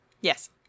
Yes